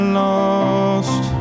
lost